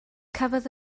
cafodd